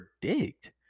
predict